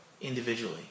individually